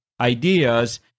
ideas